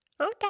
Okay